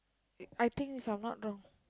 I think if I'm not wrong